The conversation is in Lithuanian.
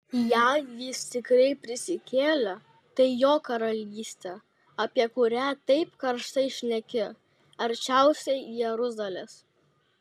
jei jis tikrai prisikėlė tai jo karalystė apie kurią taip karštai šneki arčiausiai jeruzalės